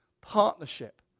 partnership